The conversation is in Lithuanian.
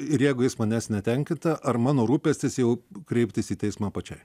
ir jeigu jis manęs netenkinta ar mano rūpestis jau kreiptis į teismą pačiai